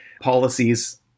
policies